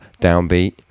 Downbeat